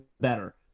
better